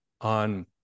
on